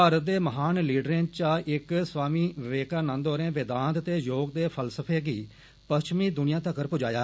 भारत दे महान ल डर च इक वामी ववेकानंद होर वेदांत ते योग दे फलसफे गी पश्चिमी द् नया तकर पुजाया